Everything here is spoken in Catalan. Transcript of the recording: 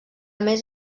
més